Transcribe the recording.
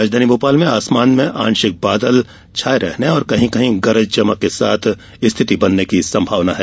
राजधानी भोपाल में आसमान में आंशिक रूप से बादल छाये रहने और कहीं कहीं गरज चमक की स्थिति बनने की संभावना है